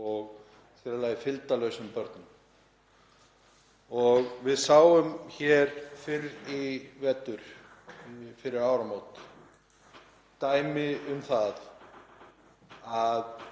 og sér í lagi fylgdarlausum börnum. Við sáum hér fyrr í vetur, fyrir áramót, dæmi um það að